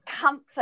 comfort